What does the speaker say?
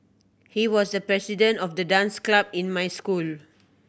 he was the president of the dance club in my school